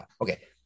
Okay